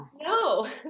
no